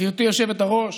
גברתי היושבת-ראש,